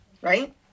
Right